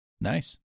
Nice